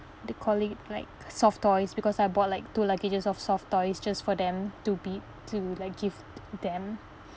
they call it like soft toys because I bought like two luggages of soft toys just for them to be to like give them